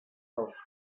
els